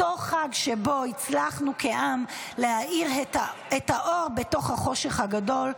אותו חג שבו הצלחנו כעם להאיר את האור בתוך החושך הגדול,